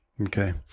Okay